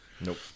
Nope